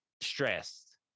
stressed